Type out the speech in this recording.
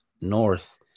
north